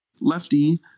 lefty